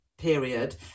period